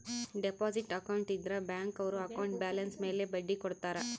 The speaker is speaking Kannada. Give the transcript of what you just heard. ಡೆಪಾಸಿಟ್ ಅಕೌಂಟ್ ಇದ್ರ ಬ್ಯಾಂಕ್ ಅವ್ರು ಅಕೌಂಟ್ ಬ್ಯಾಲನ್ಸ್ ಮೇಲೆ ಬಡ್ಡಿ ಕೊಡ್ತಾರ